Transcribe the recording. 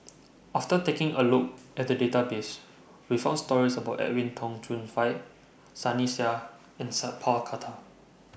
after taking A Look At The Database We found stories about Edwin Tong Chun Fai Sunny Sia and Sat Pal Khattar